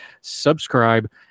Subscribe